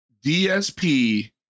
DSP